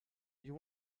you